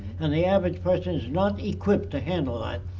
and the average person is not equipped to handle that.